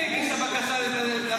חברת הכנסת מרב מיכאלי.